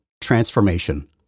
transformation